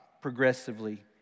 progressively